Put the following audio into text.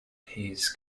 his